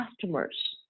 customers